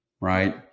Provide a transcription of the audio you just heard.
Right